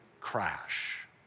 crash